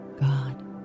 God